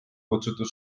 kutsutud